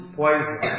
poison